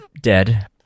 dead